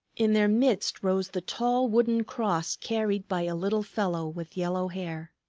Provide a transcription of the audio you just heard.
in their midst rose the tall wooden cross carried by a little fellow with yellow hair.